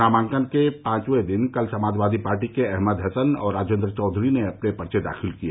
नामांकन के पांचवे दिन कल समाजवादी पार्टी के अहमद हसन और राजेन्द्र चौधरी ने अपने पर्चे दाखिल किए